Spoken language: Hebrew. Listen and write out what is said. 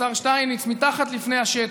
שר העבודה,